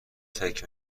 فکر